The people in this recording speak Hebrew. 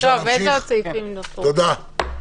תודה.